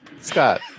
Scott